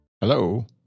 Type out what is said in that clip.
Hello